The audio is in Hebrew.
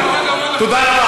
זאת בושה.